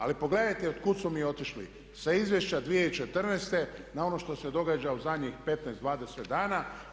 Ali pogledajte otkuda smo mi otišli sa izvješća 2014. na ono što se događa u zadnjih 15, 20 dana.